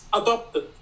adopted